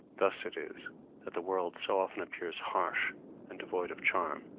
thus it is that the world so often appears harsh and devoid of charm,